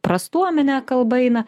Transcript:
prastuomenę kalba eina